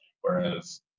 whereas